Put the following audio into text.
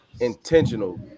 intentional